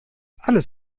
alles